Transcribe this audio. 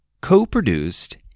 co-produced